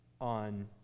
on